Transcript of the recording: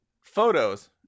photos